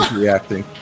reacting